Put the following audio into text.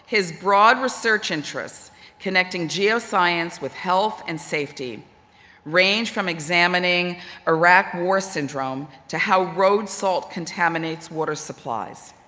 his broad research interests connecting geoscience with health and safety range from examining iraq war syndrome to how road salt contaminates water supplies.